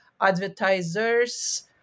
advertisers